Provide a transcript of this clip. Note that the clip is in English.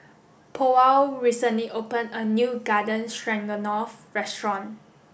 Powell recently opened a new Garden Stroganoff restaurant